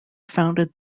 founded